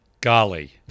Golly